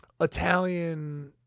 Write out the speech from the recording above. Italian